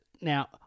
Now